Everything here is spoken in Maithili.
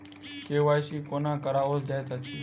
के.वाई.सी कोना कराओल जाइत अछि?